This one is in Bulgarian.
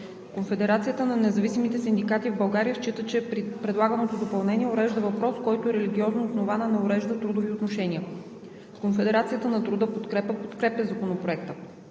Конфедерацията на независимите синдикати в България счита, че предлаганото допълнение урежда въпрос, който е религиозно основан, а не урежда трудови отношения. Конфедерацията на труда „Подкрепа“ подкрепя Законопроекта.